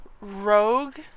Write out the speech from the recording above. rogue